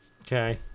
Okay